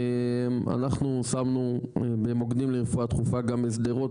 אנחנו שמנו במוקדים לרפואה דחופה גם בשדרות,